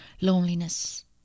loneliness